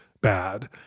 bad